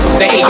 say